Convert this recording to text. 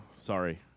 sorry